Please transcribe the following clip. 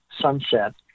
Sunset